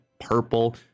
purple